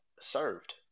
served